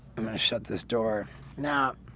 i'm gonna shut this door now,